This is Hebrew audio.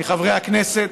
מחברי הכנסת,